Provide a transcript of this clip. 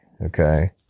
Okay